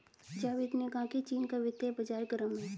जावेद ने कहा कि चीन का वित्तीय बाजार गर्म है